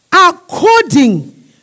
according